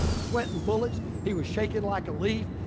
sweating bullets, he was shaking like a leaf.